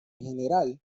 general